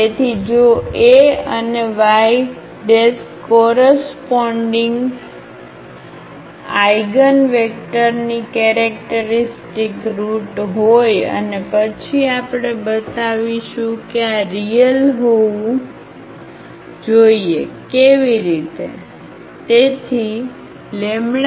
તેથી જો a અને કોરસપોન્ડીગ કોરસપોન્ડીગઆઇગનવેક્ટરની કેરેક્ટરિસ્ટિક રુટ હોય અને પછી આપણે બતાવીશું કે આ રીયલ હોવું જોઈએ કેવી રીતે